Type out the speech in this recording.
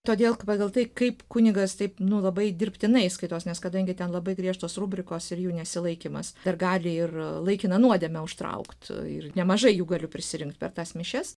todėl pagal tai kaip kunigas taip nu labai dirbtinai skaitos nes kadangi ten labai griežtos rubrikos ir jų nesilaikymas dar gali ir laikiną nuodėmę užtraukt ir nemažai jų galiu prisirinkt per tas mišias